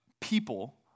people